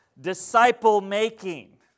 Disciple-Making